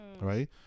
Right